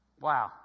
Wow